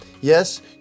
Yes